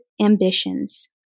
ambitions